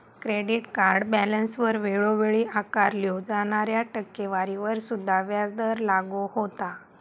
credit card बॅलन्सवर वेळोवेळी आकारल्यो जाणाऱ्या टक्केवारीवर सुद्धा व्याजदर लागू होता